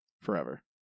forever